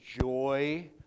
joy